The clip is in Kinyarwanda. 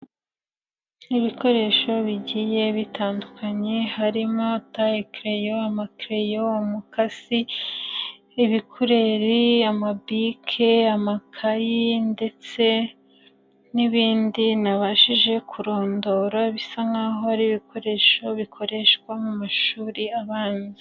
Nk'ibikoresho bigiye bitandukanye harimo taye kereyo, amakereyo, umukasi, ibikureri, amabike, amakayi ndetse n'ibindi ntabashije kurondora bisa nk'aho ari ibikoresho bikoreshwa mu mashuri abanza.